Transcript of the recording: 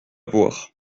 voir